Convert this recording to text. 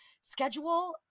Schedule